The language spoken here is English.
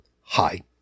hi